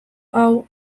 hau